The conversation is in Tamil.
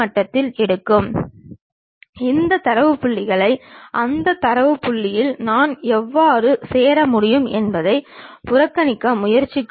முன் என்பது அந்த பொருளானது செங்குத்து தளத்தில் இருந்து எவ்வளவு தூரம் முன்னாடி உள்ளது என்பதை குறிக்கும்